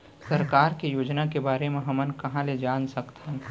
सरकार के योजना के बारे म हमन कहाँ ल जान सकथन?